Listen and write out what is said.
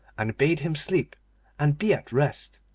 and bade him sleep and be at rest.